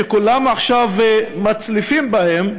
שכולם עכשיו מצליפים בהם,